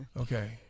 Okay